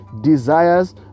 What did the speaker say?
desires